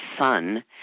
son